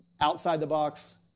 outside-the-box